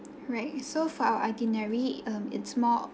right so for our itinerary um it's more